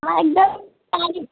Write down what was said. हाँ एकदम ताज़ी